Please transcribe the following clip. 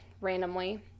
randomly